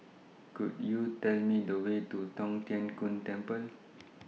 Could YOU Tell Me The Way to Tong Tien Kung Temple